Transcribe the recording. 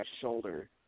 shoulder